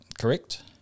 Correct